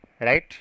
right